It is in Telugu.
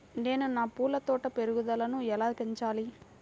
నేను నా పూల తోట పెరుగుదలను ఎలా పెంచాలి?